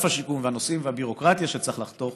השיקום והנושאים והביורוקרטיה שצריך לחתוך,